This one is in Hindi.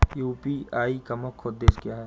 यू.पी.आई का मुख्य उद्देश्य क्या है?